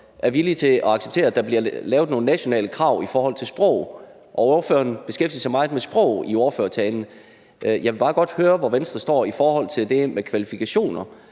er villige til at acceptere, at der bliver lavet nogle nationale krav i forhold til sprog, og ordføreren beskæftigede sig meget med sprog i ordførertalen. Jeg vil bare godt høre, hvor Venstre står i forhold til det med kvalifikationer,